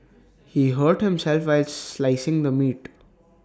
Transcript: he hurt himself while slicing the meat